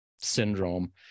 syndrome